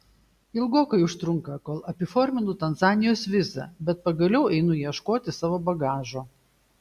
ilgokai užtrunka kol apiforminu tanzanijos vizą bet pagaliau einu ieškoti savo bagažo